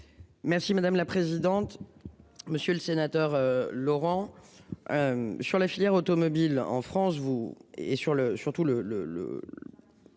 Merci madame la présidente. Monsieur le sénateur, Laurent. Sur la filière automobile en France vous et sur le